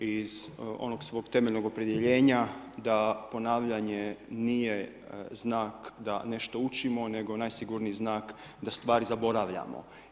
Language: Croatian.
Iz onog svog temeljnog opredjeljenja da ponavljanje nije znak da nešto učimo, nego najsigurniji znak da stvari zaboravljamo.